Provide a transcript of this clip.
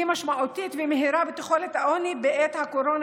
משמעותית ומהירה בתחולת העוני בעת הקורונה,